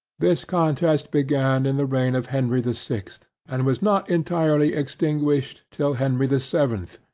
this contest began in the reign of henry the sixth, and was not entirely extinguished till henry the seventh,